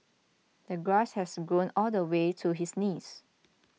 the grass has grown all the way to his knees